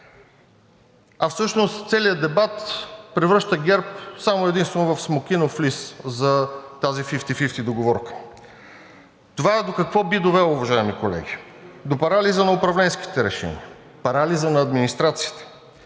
а всъщност целият дебат превръща ГЕРБ само и единствено в смокинов лист за тази fifty – fifty договорка. Това до какво би довело, уважаеми колеги? До парализа на управленски решения, парализа на администрацията,